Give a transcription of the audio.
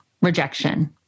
rejection